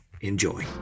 Enjoy